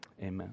Amen